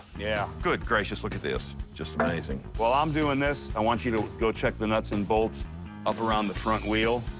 yeah. good gracious, look at this. just amazing. while i'm doing this, i want you to go check the nuts and bolts up around the front wheel.